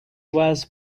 was